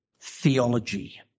theology